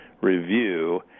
review